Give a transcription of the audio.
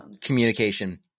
communication